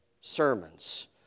sermons